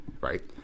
right